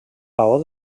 paó